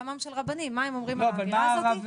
מה הרב